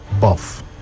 buff